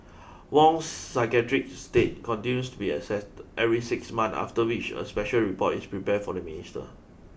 Wong's psychiatric state continues to be assessed every six months after which a special report is prepared for the minister